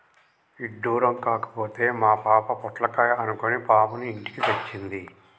ఇడ్డురం కాకపోతే మా పాప పొట్లకాయ అనుకొని పాముని ఇంటికి తెచ్చింది